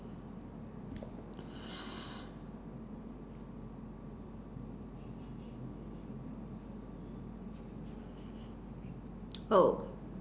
oh